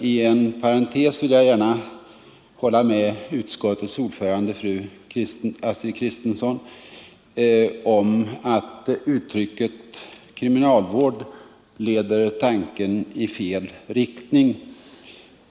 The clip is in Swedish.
Inom parentes vill jag gärna hålla med utskottets ordförande, fru Astrid Kristensson, om att uttrycket ”kriminalvård” leder tanken i fel riktning.